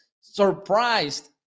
surprised